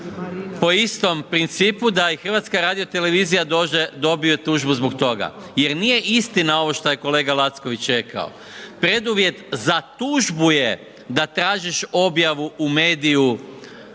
po istom principu da i HRT dobije tužbu zbog toga jer nije istina ovo što je kolega Lacković rekao. Preduvjet za tužbu je da tražiš objavu u mediju